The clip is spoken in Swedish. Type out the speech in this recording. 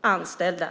anställda.